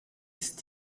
ist